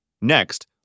Next